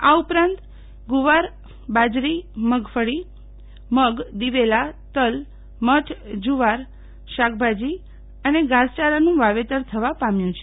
આ ઉપરાંત ગુવાર બાજરી મગફળી મગ દિવેલા તલ મઠ જુવાર શાકભાજી અને ઘાસચારાનું વાવેતર થવા પામ્યું છે